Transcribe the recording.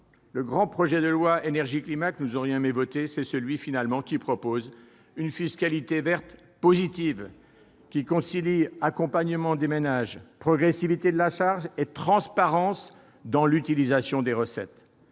Le grand projet de loi Énergie-climat que nous aurions aimé voter, c'est celui qui aurait proposé une fiscalité verte positive et concilié accompagnement des ménages, progressivité de la charge et transparence dans l'utilisation des recettes.